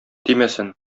тимәсен